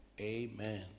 Amen